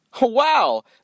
Wow